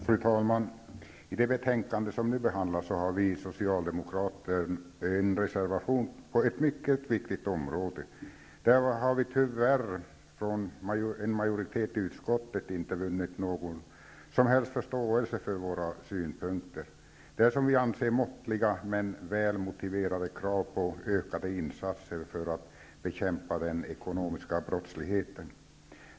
Fru talman! Till det betänkande som nu behandlas har vi socialdemokrater fogat en reservation på ett mycket viktigt område. Vi har tyvärr från en majoritet i utskottet inte vunnit någon som helst förståelse för våra synpunkter. Vad vi föreslår är som vi ser det måttliga men väl motiverade krav på ökade insatser för att bekämpa den ekonomiska brottsligheten.